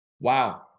wow